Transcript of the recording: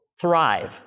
thrive